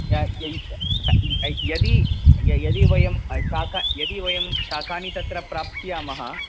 या यदि यदि वयं शाखा यदि वयं शाकानि तत्र प्राप्स्यामः